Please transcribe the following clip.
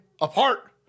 apart